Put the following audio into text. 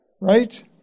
Right